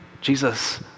Jesus